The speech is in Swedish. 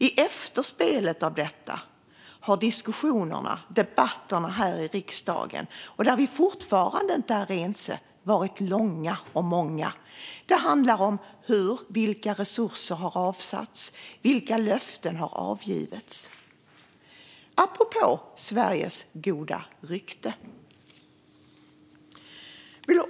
I efterspelet av detta har diskussionerna och debatterna här i riksdagen varit många och långa, och vi är fortfarande inte ense. Det handlar om vilka resurser som har avsatts och hur samt om vilka löften som har avgivits - apropå Sveriges goda rykte.